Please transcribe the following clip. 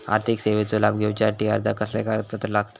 आर्थिक सेवेचो लाभ घेवच्यासाठी अर्जाक कसले कागदपत्र लागतत?